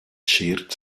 schert